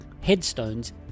headstones